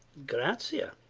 gratia.